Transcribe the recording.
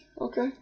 Okay